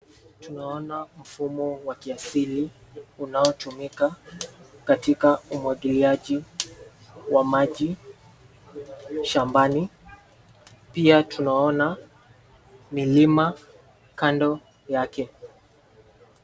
Tunaona mfumo wa kiasili unaotumitumika katika umwangiliaji wa maji shambani. Pia tunaona milima kando yake.